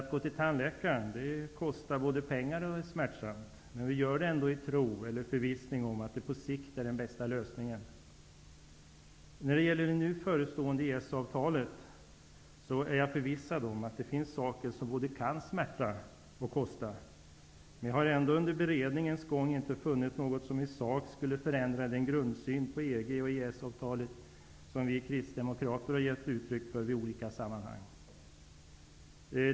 Att gå till tandläkaren både kostar pengar och är smärtsamt. Vi gör det ändå i förvissning om eller i tro på att det på sikt är den bästa lösningen. När det gäller det nu förestående EES-avtalet är jag förvissad om att det finns saker som både kan smärta och kan kosta. Under beredningens gång har jag emellertid inte funnit något som i sak skulle förändra den grundsyn på EG och på EES-avtalet som vi Kristdemokrater har gett uttryck för i olika sammanhang.